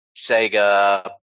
Sega